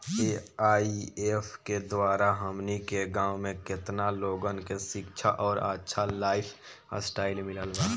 AIF के द्वारा हमनी के गांव में केतना लोगन के शिक्षा और अच्छा लाइफस्टाइल मिलल बा